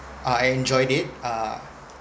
I enjoyed it uh